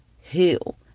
heal